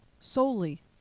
solely